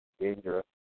dangerous